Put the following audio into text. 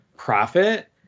Profit